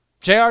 JR